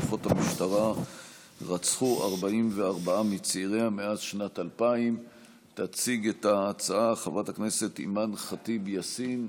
כוחות המשטרה רצחו 44 מצעיריה מאז שנת 2000. תציג את ההצעה חברת הכנסת אימאן ח'טיב יאסין,